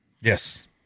Yes